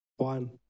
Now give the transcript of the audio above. One